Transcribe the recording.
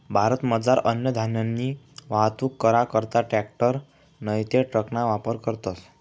भारतमझार अन्नधान्यनी वाहतूक करा करता ट्रॅकटर नैते ट्रकना वापर करतस